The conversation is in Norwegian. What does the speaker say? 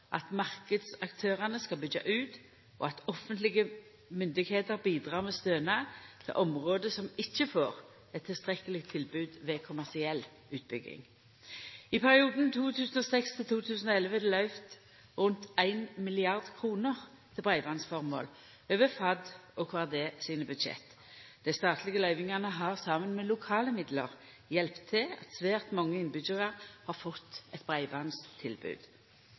at marknadsaktørane skal byggja ut, og at offentlege myndigheiter bidreg med stønad til område som ikkje får eit tilstrekkeleg tilbod ved kommersiell utbygging. I perioden 2006–2011 er det løyvt rundt 1 mrd. kr til breibandsformål over Fornyings-, administrasjons og kirkedepartementet og Kommunal- og regionaldepartementet sine budsjett. Dei statlege løyvingane har, saman med lokale midlar, hjelpt til at svært mange innbyggjarar har fått eit